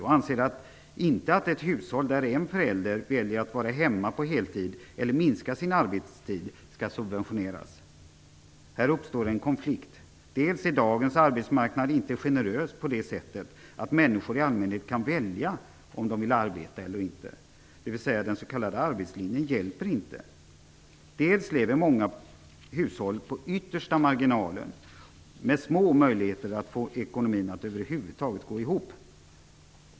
Man anser inte att ett hushåll där en förälder väljer att vara hemma på heltid, eller att minska sin arbetstid, skall subventioneras. Här uppstår en konflikt. Dagens arbetsmarknad är inte generös på det sättet att människor i allmänhet kan välja om de vill arbeta eller inte. Den s.k. arbetslinjen hjälper inte. Dessutom lever många hushåll på yttersta marginalen och har små möjligheter att över huvud taget få ekonomin att gå ihop.